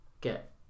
get